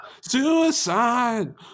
suicide